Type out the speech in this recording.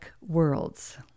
Worlds